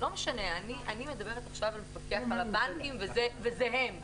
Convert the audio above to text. לא משנה, אני מדברת עכשיו למפקח על הבנקים וזה הם.